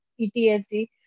PTSD